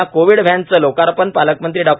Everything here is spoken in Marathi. या कोविड व्हॅनचे लोकार्पण पालकमंत्री डॉ